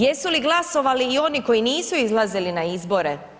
Jesu li glasovali i oni koji nisu izlazili na izbore?